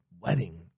wedding